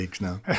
now